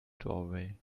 doorway